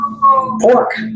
pork